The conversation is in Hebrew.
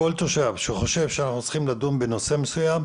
שחושב שאנחנו צריכים לדון בנושא מסוים,